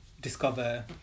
Discover